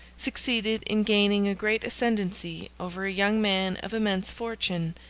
succeeded in gaining a great ascendency over a young man of immense fortune,